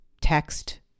text